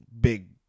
big